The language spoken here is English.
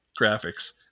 graphics